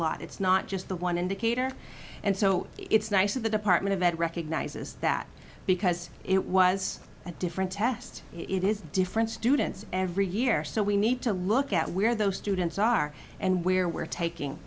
lot it's not just the one indicator and so it's nice that the department of ed recognizes that because it was a different test it is different students every year so we need to look at where those students are and where we're taking